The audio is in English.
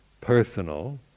personal